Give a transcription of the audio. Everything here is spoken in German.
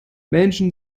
menschen